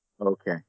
Okay